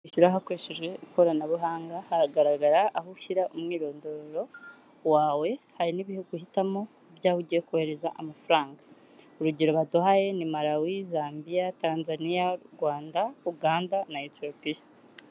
Kwishyura hakoreshejwe ikoranabuhanga hagaragara aho ushyira umwirondoro wawe hari n'ibihugu uhitamo byaho ugiye kohereza amafaranga urugero baduhaye ni; Malawi, Zambia, Tanzania, Rwanda, Uganda na Ethiopia.